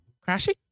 crashing